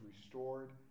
restored